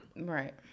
right